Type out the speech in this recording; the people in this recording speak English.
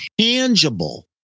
tangible